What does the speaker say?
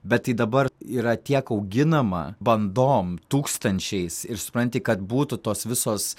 bet ji dabar yra tiek auginama bandom tūkstančiais ir supranti kad būtų tos visos